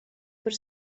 par